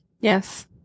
yes